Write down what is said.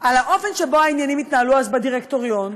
על האופן שבו העניינים התנהלו אז בדירקטוריון,